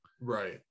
Right